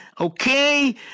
Okay